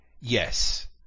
yes